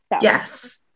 Yes